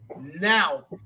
Now